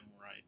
right